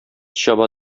чаба